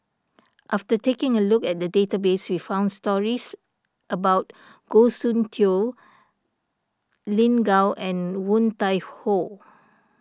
after taking a look at the database we found stories about Goh Soon Tioe Lin Gao and Woon Tai Ho